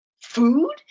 food